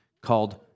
called